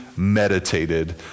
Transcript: meditated